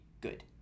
good